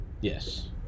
Yes